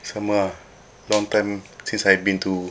sama lah long time since I've been to